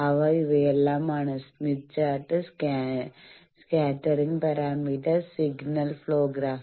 അവ ഇവയെല്ലാമാണ് Smith chart scattering parameter signal flow graph